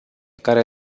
care